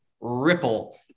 Ripple